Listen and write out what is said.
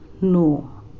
no